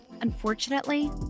Unfortunately